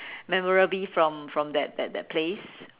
memorable from from that that that place